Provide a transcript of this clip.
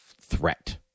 threat